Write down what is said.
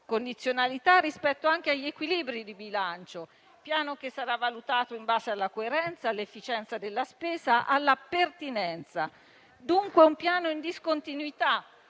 condizionalità rispetto anche agli equilibri di bilancio. Il Piano sarà valutato in base alla coerenza, all'efficienza della spesa e alla pertinenza e dunque sarà in discontinuità